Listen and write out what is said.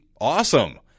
awesome